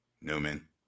Newman